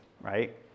right